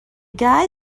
guy